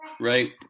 right